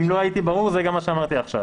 אם לא הייתי ברור, זה גם מה שאמרתי עכשיו.